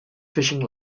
fishing